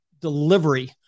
delivery